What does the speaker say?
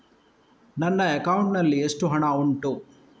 ನನ್ನ ಅಕೌಂಟ್ ನಲ್ಲಿ ಎಷ್ಟು ಹಣ ಉಂಟು?